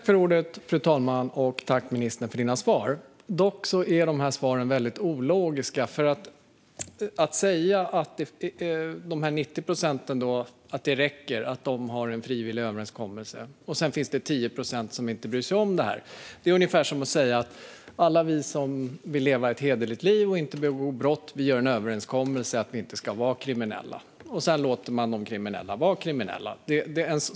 Fru talman! Tack för dina svar, ministern! Dock är svaren väldigt ologiska. Att säga att det räcker att 90 procent har en frivillig överenskommelse och att det finns 10 procent som inte bryr sig om detta är ungefär som att säga att alla vi som vill leva ett hederligt liv och inte begå brott gör en överenskommelse om att inte vara kriminella, och sedan låter vi de kriminella vara kriminella.